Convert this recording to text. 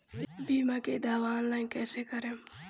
बीमा के दावा ऑनलाइन कैसे करेम?